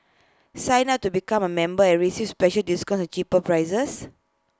sign up to become A member and receive special discounts and cheaper